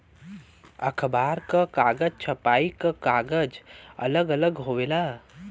अखबार क कागज, छपाई क कागज अलग अलग होवेला